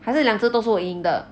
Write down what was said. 还是两只都是我赢的